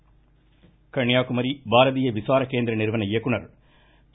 பரமேஸ்வரன் கன்னியாக்குமரி பாரதிய விசார கேந்திர நிறுவன இயக்குநர் பி